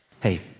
Hey